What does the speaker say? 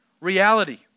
reality